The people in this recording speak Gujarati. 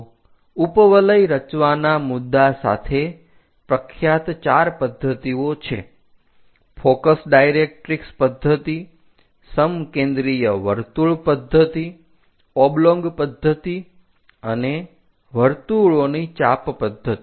તો ઉપવલય રચવાના મુદ્દા સાથે પ્રખ્યાત ચાર પદ્ધતિઓ છે - ફોકસ ડાયરેક્ટ્રિક્ષ પદ્ધતિ સમ કેન્દ્રિય વર્તુળ પદ્ધતિ ઓબ્લોંગ પદ્ધતિ અને વર્તુળોની ચાપ પદ્ધતિ